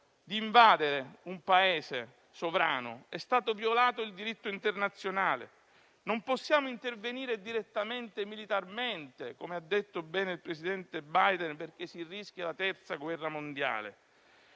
di invadere un Paese sovrano. È stato violato il diritto internazionale. Non possiamo intervenire direttamente militarmente, come ha ben detto il presidente Biden, perché si rischia la terza guerra mondiale,